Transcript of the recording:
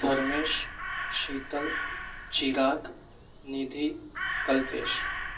Dharmesh Sheetal Chirag Nidhi Kalpesh